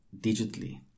digitally